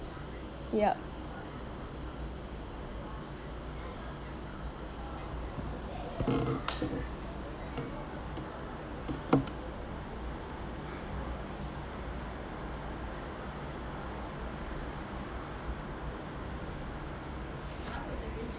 yup